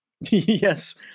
Yes